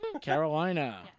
Carolina